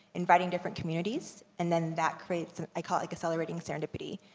inviting different communities, and then that creates, and i call it like accelerating serendipity.